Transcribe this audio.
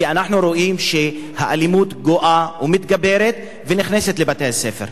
כי אנחנו רואים שהאלימות גואה ומתגברת ונכנסת לבתי-הספר.